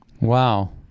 Wow